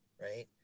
right